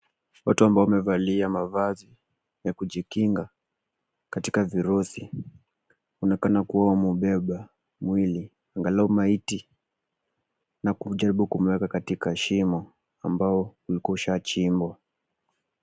Watu ambao wamevalia mavazi ya kujikinga katika virusi. Inaonekana kuwa wameubeba mwili, angalau maiti na kujaribu kumweka katika shimo ambao ulikuwa ushachimbwa.